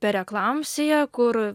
pereklamsija kur